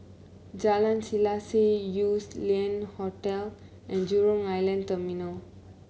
Jalan Selaseh Yew Lian Hotel and Jurong Island Terminal